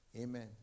Amen